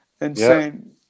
Insane